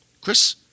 Chris